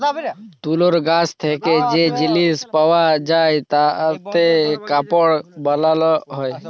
তুলর গাছ থেক্যে যে জিলিস পাওয়া যায় তাতে কাপড় বালায়